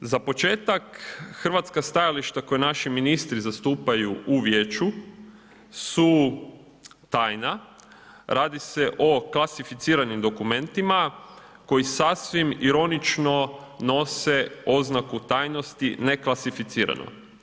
Za početak hrvatska stajališta koje naši ministri zastupaju u Vijeću su tajna, radi se o klasificiranim dokumentima koji sasvim ironično nose oznaku tajnosti neklasificirano.